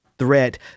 Threat